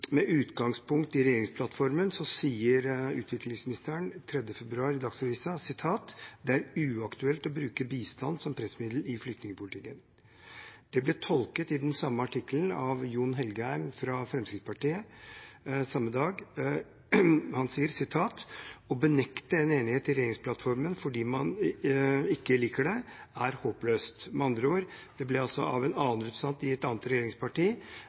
Med utgangspunkt i regjeringsplattformen sier utviklingsministeren den 3. februar i Dagsavisen: «Det er uaktuelt å bruke bistand som pressmiddel i flyktningpolitikken.» Det ble i den samme artikkelen tolket av Jon Engen-Helgheim fra Fremskrittspartiet. Han sier: «Å benekte en enighet i regjeringsplattform fordi man ikke liker det er håpløst.» Med andre ord: Det ble altså av en annen representant i et annet regjeringsparti